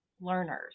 learners